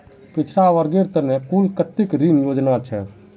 पिछड़ा वर्गेर त न कुल कत्ते ऋण योजना छेक